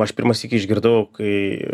aš pirmą sykį išgirdau kai